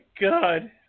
God